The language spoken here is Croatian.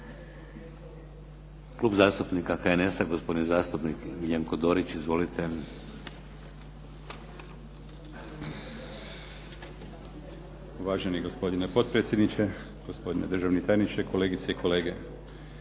Klub zastupnika HNS-a, gospodin zastupnik Miljenko Dorić. Izvolite. **Dorić, Miljenko (HNS)** Uvaženi gospodine potpredsjedniče, gospodine državni tajniče, kolegice i kolege.